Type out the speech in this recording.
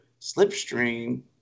slipstream